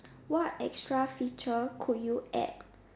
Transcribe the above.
what extra feature could you add